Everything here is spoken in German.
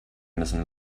müssen